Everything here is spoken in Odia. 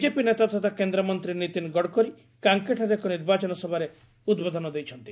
ବିଜେପି ନେତା ତଥା କେନ୍ଦ୍ରମନ୍ତ୍ରୀ ନୀତିନ ଗଡ଼କରୀ କାଙ୍କେଠାରେ ଏକ ନିର୍ବାଚନ ସଭାରେ ଉଦ୍ବୋଧନ ଦେଇଛନ୍ତି